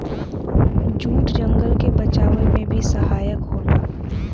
jute जंगल के बचावे में भी सहायक होला